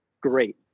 Great